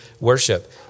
worship